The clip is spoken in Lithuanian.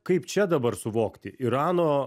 kaip čia dabar suvokti irano